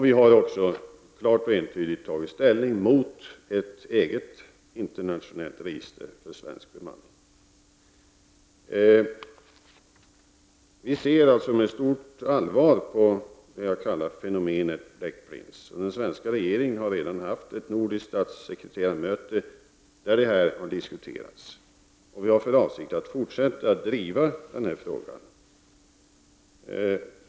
Vi har klart och entydigt tagit ställning mot ett eget internationellt register för svensk bemanning. Vi ser också med stort allvar på ”fenomenet” Black Prince. Den svenska regeringen har redan deltagit i ett nordiskt statssekreterarmöte där detta har diskuterats. Vi har för avsikt att fortsätta att driva den här frågan.